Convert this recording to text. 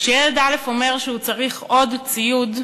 כשילד א' אומר שהוא צריך עוד ציוד,